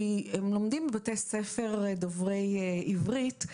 כי הם לומדים בבתי ספר דוברי עברית.